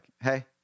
Hey